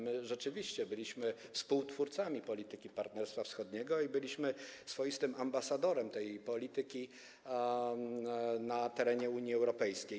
My rzeczywiście byliśmy współtwórcami polityki Partnerstwa Wschodniego i byliśmy swoistym ambasadorem tej polityki na terenie Unii Europejskiej.